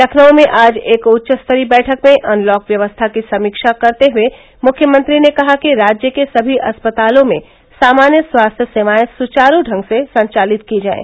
लखनऊ में आज एक उच्च स्तरीय बैठक में अनलॉक व्यवस्था की समीक्षा करते हुए मुख्यमंत्री ने कहा कि राज्य के सभी अस्पतालों में सामान्य स्वास्थ्य सेवाए सुचारू ढंग से संचालित की जाएं